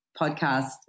podcast